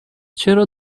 چرا